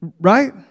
Right